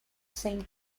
saint